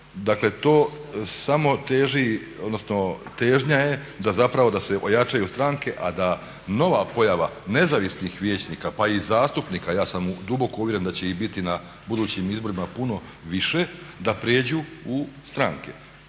teži, odnosno težnja je da zapravo da se ojačaju stranke a da nova pojava nezavisnih vijećnika, pa i zastupnika ja sam duboko uvjeren da će ih biti na budućim izborima puno više, da prijeđu u stranke.